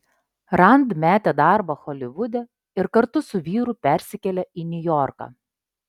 rand metė darbą holivude ir kartu su vyru persikėlė į niujorką